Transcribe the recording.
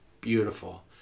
beautiful